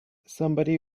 somebody